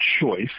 choice